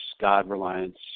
God-reliance